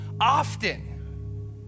often